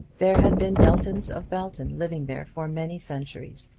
there had been beltons of belton living there for many centuries,